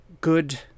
good